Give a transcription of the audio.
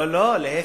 לא, להיפך,